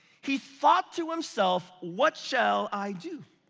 he thought to himself, what shall i do?